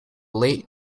late